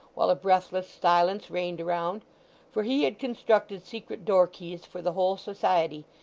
while a breathless silence reigned around for he had constructed secret door-keys for the whole society,